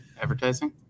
advertising